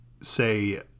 say